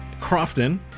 Crofton